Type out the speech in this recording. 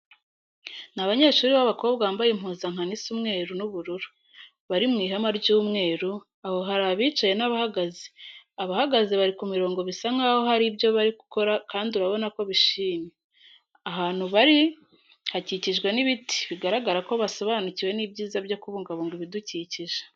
Ni abanyeshuri b'abakobwa bambaye impuzankano isa umweru n'ubururu, bari mu ihema ry'umweru, aho hari abicaye n'abahagaze. Abahagaze bari ku mirongo bisa nkaho hari ibyo bari gukora kandi urabona ko bishimye. Ahantu bari hakikijwe n'ibiti, bigaragara ko basobanukiwe n'ibyiza byo kubungabunga ibidukikije.